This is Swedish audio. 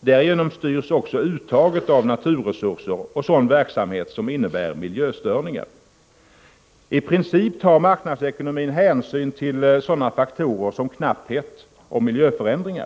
Därigenom styrs också uttaget av naturresurser och sådan verksamhet som innebär miljöstörningar. I princip tar marknadsekonomin hänsyn till sådana faktorer som knapphet och miljöförändringar.